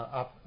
up